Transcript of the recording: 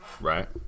Right